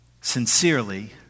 Sincerely